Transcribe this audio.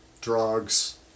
drugs